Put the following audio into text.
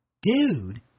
Dude